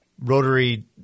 Rotary